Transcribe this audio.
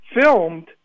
filmed